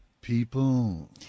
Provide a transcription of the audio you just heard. People